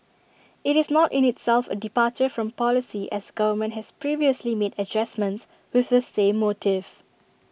IT is not in itself A departure from policy as government has previously made adjustments with the same motive